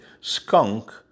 Skunk